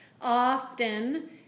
Often